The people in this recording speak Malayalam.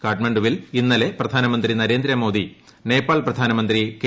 കാഠ്മണ്ഡുവിൽ ഇന്നലെ പ്രധാനമന്ത്രി നര്യ്ന്ദമോദി നേപ്പാൾ പ്രധാനമന്ത്രി കെ